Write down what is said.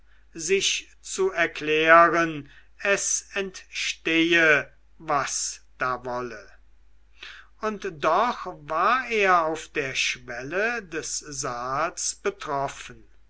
sich zu erklären es entstehe was da wolle und doch war er auf der schwelle des saals betroffen